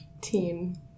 teen